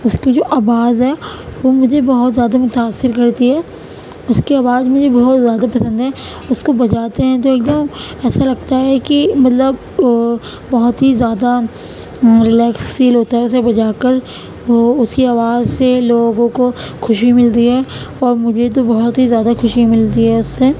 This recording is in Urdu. اس کی جو آواز ہے وہ مجھے بہت زیادہ متأثر کرتی ہے اس کی آواز مجھے بہت زیادہ پسند ہے اس کو بجاتے ہیں تو ایک دم ایسا لگتا ہے کہ مطلب بہت ہی زیادہ رلیکس فیل ہوتا ہے اسے بجا کر وہ اس کی آواز سے لوگوں کو خوشی ملتی ہے اور مجھے تو بہت ہی زیادہ خوشی ملتی ہے اس سے